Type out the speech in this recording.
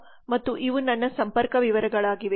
Biplab Datta ಮತ್ತು ಇವು ನನ್ನ ಸಂಪರ್ಕ ವಿವರಗಳಾಗಿವೆ